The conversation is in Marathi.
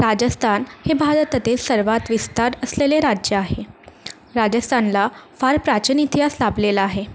राजस्तान हे भारतातील सर्वात विस्तार असलेले राज्य आहे राजस्थानला फार प्राचीन इतिहास लाभलेला आहे